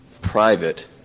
private